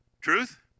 Truth